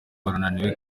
barananiwe